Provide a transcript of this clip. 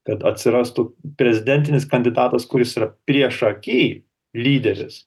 kad atsirastų prezidentinis kandidatas kuris yra priešaky lyderis